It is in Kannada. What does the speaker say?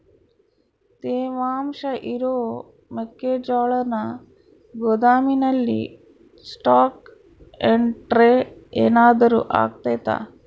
ತೇವಾಂಶ ಇರೋ ಮೆಕ್ಕೆಜೋಳನ ಗೋದಾಮಿನಲ್ಲಿ ಸ್ಟಾಕ್ ಇಟ್ರೆ ಏನಾದರೂ ಅಗ್ತೈತ?